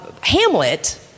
Hamlet